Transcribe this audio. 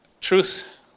Truth